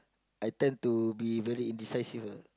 I tend to be very indecisive